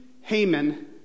Haman